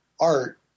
art